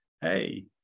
hey